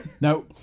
No